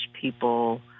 people